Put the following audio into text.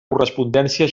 correspondència